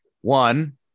One